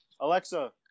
Alexa